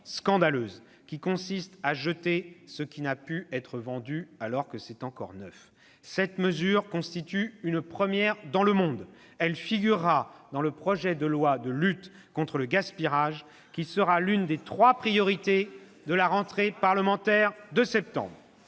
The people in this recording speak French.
scandaleuse qui consiste à jeter ce qui ne peut être vendu »- alors que c'est encore neuf. « Cette mesure constitue une première dans le monde. Elle figurera dans le projet de loi de lutte contre le gaspillage, qui sera l'une des trois priorités de la rentrée parlementaire en septembre.